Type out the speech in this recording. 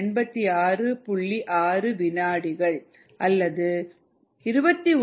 6 விநாடிகள் அல்லது 21